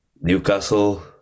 Newcastle